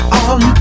on